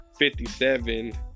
57